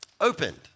opened